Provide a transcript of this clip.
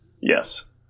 Yes